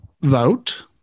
vote